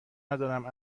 ندارم